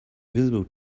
visible